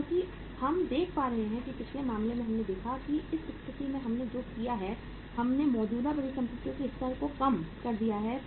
क्योंकि हम देख रहे हैं कि पिछले मामले में हमने देखा है कि इस स्थिति में हमने जो किया है हमने मौजूदा परिसंपत्तियों के स्तर को कम कर दिया है